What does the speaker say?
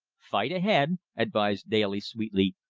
fight ahead, advised daly sweetly,